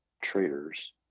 traitors